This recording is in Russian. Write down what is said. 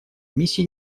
миссии